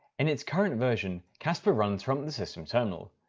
in its current version, cassper runs from the system terminal.